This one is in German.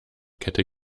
kette